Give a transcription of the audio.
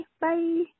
bye